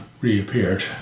reappeared